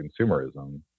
consumerism